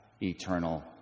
eternal